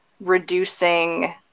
reducing